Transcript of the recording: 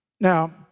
Now